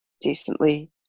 decently